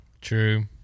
True